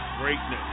Greatness